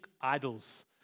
idols